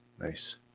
Nice